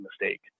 mistake